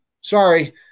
Sorry